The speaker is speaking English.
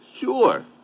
Sure